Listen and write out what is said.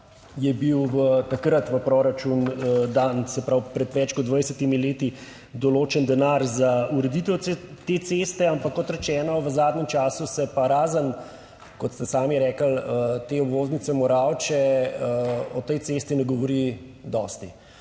je bil takrat v proračun dan, se pravi pred več kot 20 leti, določen denar za ureditev te ceste. Ampak kot rečeno, v zadnjem času se pa razen, kot ste sami rekli, te obvoznice Moravče, o tej cesti ne govori dosti.